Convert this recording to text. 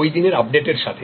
ওইদিনের আপডেটের সাথে